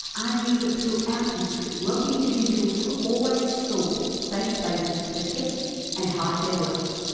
argues that throughout history, wealthy individuals have always sought safe places to protect and hide their wealth.